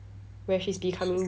where she's becoming